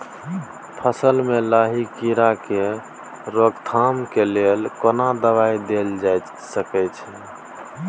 फसल में लाही कीरा के रोकथाम के लेल कोन दवाई देल जा सके छै?